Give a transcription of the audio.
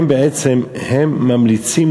הם ממליצים,